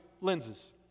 lenses